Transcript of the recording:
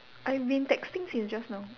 I've been texting since just now